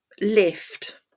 lift